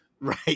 Right